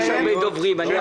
יש הרבה דוברים.